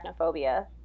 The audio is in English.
Arachnophobia